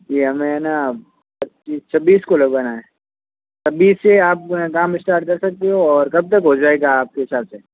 ये हम है ना पच्चीस छब्बीस को लगवाना है छब्बीस से आप काम इस्टार्ट कर सकते हो और कब तक हो जाएगा आप के हिसाब से